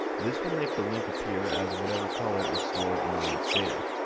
this will make the link appear as whatever color is stored in the link's data.